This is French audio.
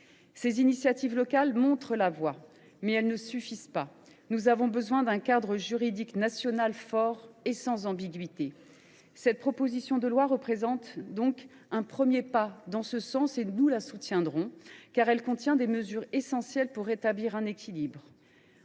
Ces initiatives locales montrent la voie, mais ne suffisent pas. Nous avons besoin d’un cadre juridique national fort et sans ambiguïté. Cette proposition de loi constitue donc un premier pas en ce sens. Nous la soutiendrons, car elle contient des mesures essentielles pour rétablir un équilibre